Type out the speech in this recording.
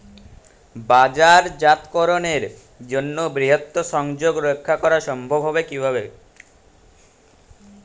বাজারজাতকরণের জন্য বৃহৎ সংযোগ রক্ষা করা সম্ভব হবে কিভাবে?